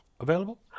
available